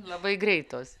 labai greitos